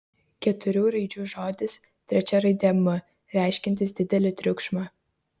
keturių raidžių žodis trečia raidė m reiškiantis didelį triukšmą